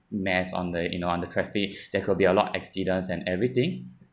mess on the you know on the traffic there could be a lot accidents and everything